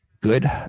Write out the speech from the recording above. Good